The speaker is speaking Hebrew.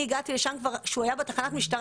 אני הגעתי לשם כבר כשהוא היה בתחנת המשטרה